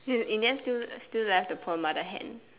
in the end still still left the poor mother Hen